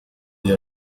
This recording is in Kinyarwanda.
dieu